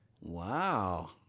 Wow